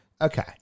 Okay